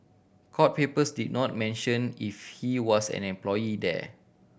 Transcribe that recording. court papers did not mention if he was an employee there